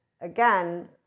again